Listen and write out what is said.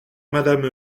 madame